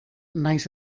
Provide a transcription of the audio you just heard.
nahiz